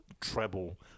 treble